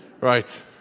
Right